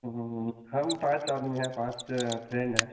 हम पाँच आदमी हैं पाँच फ्रेन्ड हैं